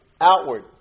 outward